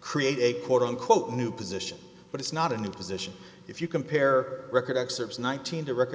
create a quote unquote new position but it's not a new position if you compare record excerpts nineteen to record